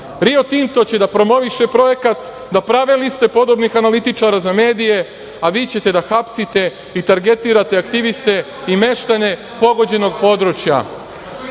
Rio Tinto će da promoviše projekat, da prave liste podobnih analitičara za medije, a vi ćete da hapsite i targetirate aktiviste i meštane pogođenog područja. Više